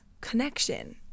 connection